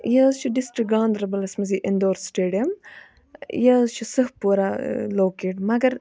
یہِ حظ چھُ ڈسٹرک گاندَربَلَس مَنٛز یہِ اِندور سٹیڈیَم یہِ حظ چھُ سٕہہ پوٗرا لوکیٹ مَگَر